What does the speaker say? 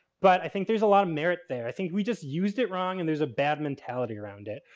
but i think there's a lot of merit there. i think we just used it wrong and there's a bad mentality around it.